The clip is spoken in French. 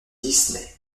disney